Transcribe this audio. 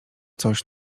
coś